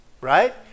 Right